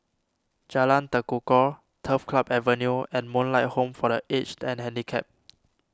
Jalan Tekukor Turf Club Avenue and Moonlight Home for the Aged and Handicapped